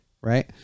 right